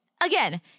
again